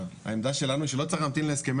העמדה שלנו היא שלא צריך להמתין להסכמי